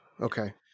okay